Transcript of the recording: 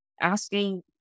asking